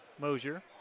Mosier